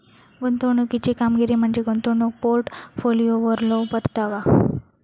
गुंतवणुकीची कामगिरी म्हणजे गुंतवणूक पोर्टफोलिओवरलो परतावा